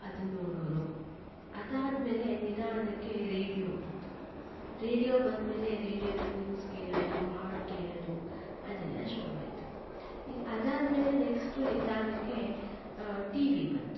ಅದನ್ನು ನೋಡೋರು ಅದಾದ ಮೇಲೆ ನಿಧಾನಕ್ಕೆ ರೇಡಿಯೋ ಬಂತು ರೇಡಿಯೋ ಬಂದ ಮೇಲೆ ರೇಡಿಯೋದಲ್ಲಿ ನ್ಯೂಸ್ ಕೇಳೋದು ಹಾಡು ಕೇಳೋದು ಅದೆಲ್ಲ ಶುರುವಾಯಿತು ಈಗ ಅದಾದ ಮೇಲೆ ನೆಕ್ಸ್ಟ್ ನಿಧಾನಕ್ಕೆ ಟಿ ವಿ ಬಂತು